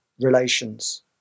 relations